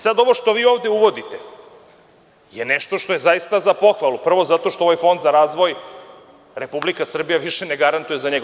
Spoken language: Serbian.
Sada ovo što vi ovde uvodite je nešto što je zaista za pohvalu, prvo, zato što ovaj Fond za razvoj, Republika Srbija više ne garantuje za njega.